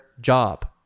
job